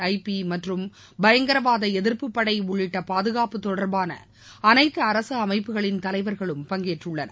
ஐ P மற்றும் பயங்கரவாத எதிர்ப்புப்படை உள்ளிட்ட பாதுகாப்பு தொடர்பான அனைத்து அரசு அமைப்புகளின் தலைவர்களும் பங்கேற்றுள்ளனர்